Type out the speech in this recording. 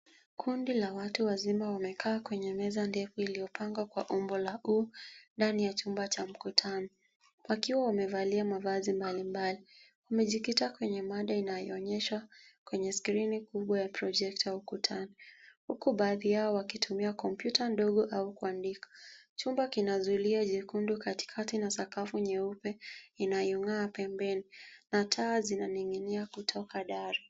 Kundi la watu wazima wamekaa kwenye meza iliyopangwa kwa umbo la U ndani ya chumba cha mkutano wakiwa wamevalia mavazi mbalimbali. Wamejikita kwenye mada inayoonyesha kwenye skrini kubwa ya projekta ukutani huku baadhi yao wakitumia kompyuta ndogo au kuandika. Chumba kina zulia jekundu katikati na sakafu nyeupe inayong'aa pembeni na taa zinaning'inia kutoka dari.